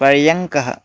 पर्यङ्कः